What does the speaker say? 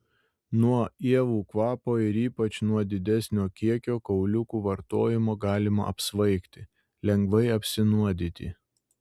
nuo ievų kvapo ir ypač nuo didesnio kiekio kauliukų vartojimo galima apsvaigti lengvai apsinuodyti